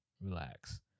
Relax